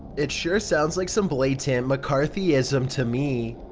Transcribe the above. it sure sounds like some blatant mccarthyism to me.